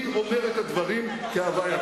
אני אומר את הדברים כהווייתם.